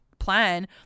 plan